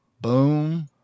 Boom